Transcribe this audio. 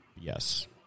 yes